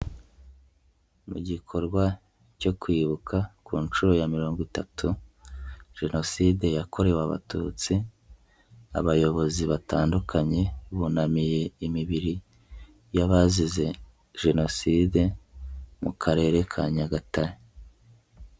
Mu gikorwa cyo kwibuka ku nshuro ya mirongo itatu Jenoside yakorewe Abatutsi abayobozi batandukanye bunamiye imibiri y'abazize Jenoside mu Karere ka Nyagatare.